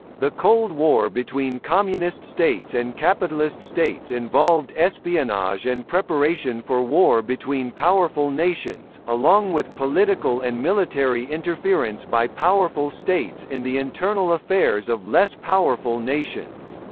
the cold war between communist states and capitalist states involved espionage and preparation for war between powerful nations, along with political and military interference by powerful states in the internal affairs of less powerful nations.